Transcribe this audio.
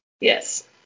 Yes